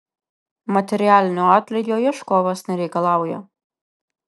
materialinio atlygio ieškovas nereikalauja